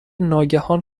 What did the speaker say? ناگهان